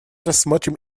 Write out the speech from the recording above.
рассмотрим